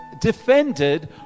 defended